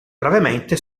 gravemente